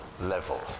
level